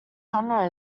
genre